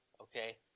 Okay